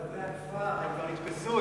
תושבי הכפר הם כבר נתפסו,